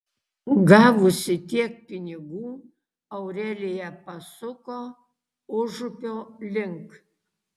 gavusi tiek pinigų aurelija pasuko užupio link